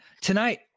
tonight